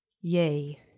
Yay